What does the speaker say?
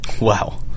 Wow